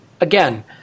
Again